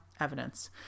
evidence